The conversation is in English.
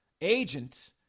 agent